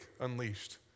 unleashed